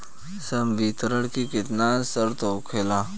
संवितरण के केतना शर्त होखेला?